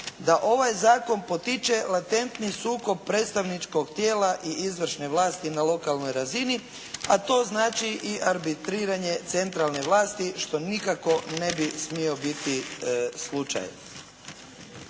da ovaj zakon potiče latentni sukob predstavničkog tijela i izvršne vlasti na lokalnoj razini a to znači i arbitriranje centralne vlasti što nikako ne bi smio biti slučaj.